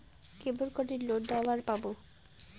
কেমন করি লোন নেওয়ার পামু?